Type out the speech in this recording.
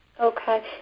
Okay